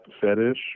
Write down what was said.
fetish